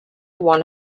one